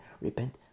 Repent